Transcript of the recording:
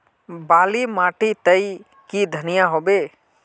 बाली माटी तई की धनिया होबे?